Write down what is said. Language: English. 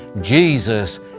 Jesus